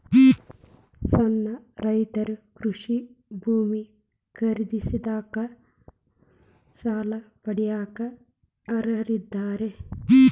ಸಣ್ಣ ರೈತರು ಕೃಷಿ ಭೂಮಿ ಖರೇದಿಸಾಕ, ಸಾಲ ಪಡಿಯಾಕ ಅರ್ಹರಿದ್ದಾರೇನ್ರಿ?